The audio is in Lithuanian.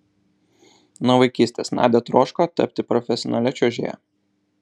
nuo vaikystės nadia troško tapti profesionalia čiuožėja